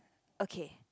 okay